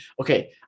okay